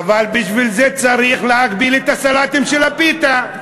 אבל בשביל זה צריך להגביל את הסלטים של הפיתה.